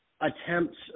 attempts